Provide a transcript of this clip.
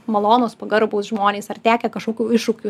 malonūs pagarbūs žmonės ar tekę kažkokių iššūkių